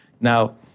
Now